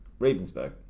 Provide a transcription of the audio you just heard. Ravensburg